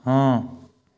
ହଁ